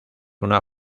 una